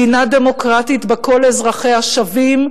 מדינה דמוקרטית שבה כל אזרחיה שווים,